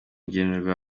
ugenewe